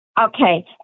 Okay